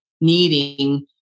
needing